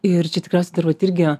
ir čia tikriausiai dar vat irgi